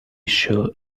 issue